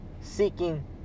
Seeking